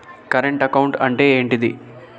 Current account అంటే ఏంటిది?